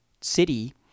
city